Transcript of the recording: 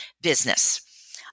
business